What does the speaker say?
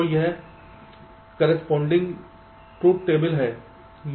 तो यह corresponding to table है